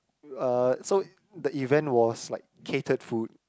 uh so the event was like catered food